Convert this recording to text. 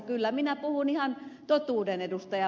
kyllä minä puhun ihan totuuden ed